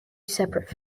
separate